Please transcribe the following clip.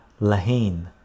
Lahain